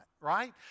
right